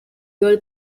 girl